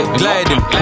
gliding